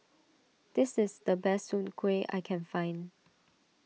this is the best Soon Kueh I can find